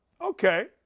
Okay